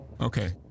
Okay